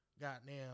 goddamn